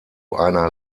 einer